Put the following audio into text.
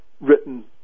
written